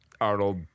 arnold